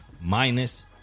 minus